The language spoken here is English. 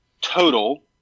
total